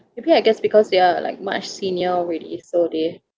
maybe I guess because they are like much senior already so they